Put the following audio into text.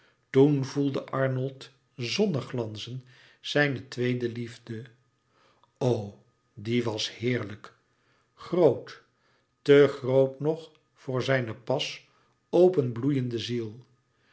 toen voelde arnold zonneglanzen zijne tweede liefde o die was heerlijk groot te groot nog voor zijne pas openbloeiende ziel